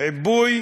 עיבוי